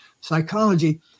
Psychology